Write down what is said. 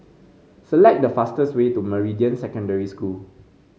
select the fastest way to Meridian Secondary School